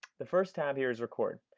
the first tab here is record.